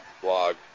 blog